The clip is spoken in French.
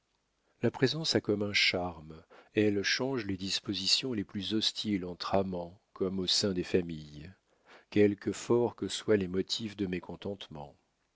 la présence a comme un charme elle change les dispositions les plus hostiles entre amants comme au sein des familles quelque forts que soient les motifs de